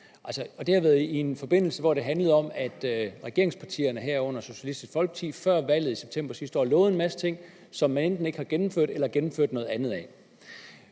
det har været i en forbindelse, hvor det handlede om, at regeringspartierne, herunder Socialistisk Folkeparti, før valget i september sidste år lovede en masse ting, som man enten ikke har gennemført, eller hvor man har gennemført noget andet.